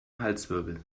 halswirbel